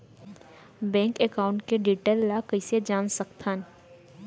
Bank account के detail ल कइसे जान सकथन?